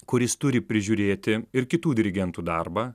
kuris turi prižiūrėti ir kitų dirigentų darbą